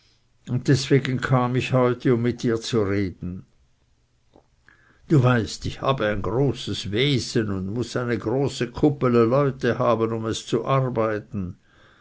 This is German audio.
und deswegen kam ich heute um mit dir zu reden du weißt ich habe ein großes wesen und muß eine große kuppele leute haben um es zu arbeiten